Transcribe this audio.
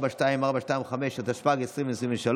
התשפ"ג 2023,